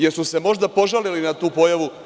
Jesu li se možda požalili na tu pojavu?